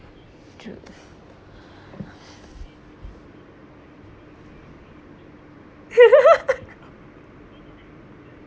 truth